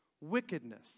Wickedness